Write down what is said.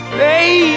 baby